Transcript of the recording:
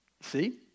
See